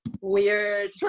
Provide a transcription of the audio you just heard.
weird